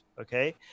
Okay